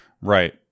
right